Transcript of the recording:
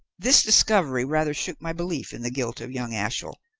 this discovery rather shook my belief in the guilt of young ashiel,